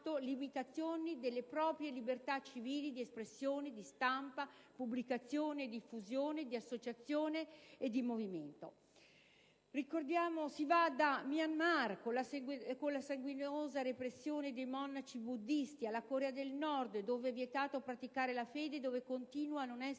limitazioni delle proprie libertà civili di espressione, di stampa, pubblicazione e diffusione; di associazione; di movimento. Si va dal Myanmar, con la sanguinosa repressione dei monaci buddisti, alla Corea del Nord dove è vietato praticare la fede e dove continua a non esserci